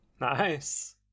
Nice